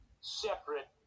separate